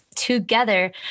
Together